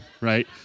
right